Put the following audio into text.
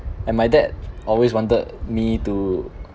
and my dad always wanted me to